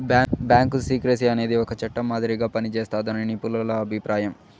bank secrecy అనేది ఒక చట్టం మాదిరిగా పనిజేస్తాదని నిపుణుల అభిప్రాయం